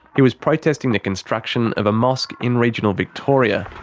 he was protesting the construction of a mosque in regional victoria.